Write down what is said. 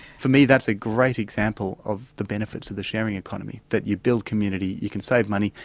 for me that's a great example of the benefits of the sharing economy, that you build community, you can save money,